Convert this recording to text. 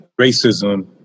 racism